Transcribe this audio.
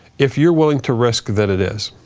if you're willing to risk that it is.